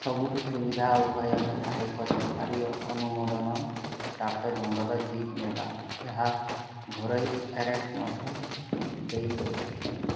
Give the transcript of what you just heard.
ସବୁଠୁ ସୁବିଧା ଉପାୟ ହେଲା ଏକ ସରକାରୀ ଅନୁମୋଦନ ପ୍ରାପ୍ତ ଜଙ୍ଗଲ ଜୀପ୍ ନେବା ଯାହା ଘରୋଇ ଆରେଷ୍ଟ ମଧ୍ୟ ଦେଇ ଯାଇଥାଏ